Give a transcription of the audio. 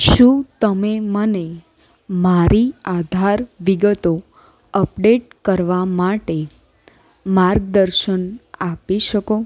શું તમે મને મારી આધાર વિગતો અપડેટ કરવા માટે માર્ગદર્શન આપી શકો